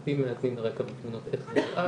בתים מאזנים, נראה כמה תמונות איך זה נראה.